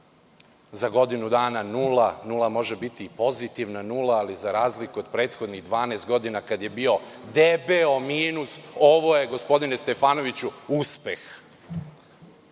za godinu dana nula. Nula može biti pozitivna nula, ali za razliku od prethodnih 12 godina kada je bio debeo minus, ovo je, gospodine Stefanoviću uspeh. Što